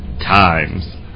Times